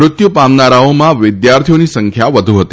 મૃત્યુ પામનારાઓમાં વિદ્યાર્થીઓની સંખ્યા વધુ હતી